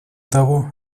того